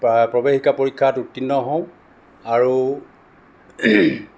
প্ৰৱেশিকা পৰীক্ষাত উত্তীৰ্ণ হওঁ আৰু